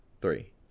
three